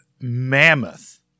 mammoth